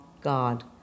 God